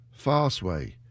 Fastway